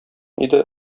иде